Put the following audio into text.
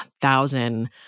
thousand